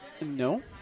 No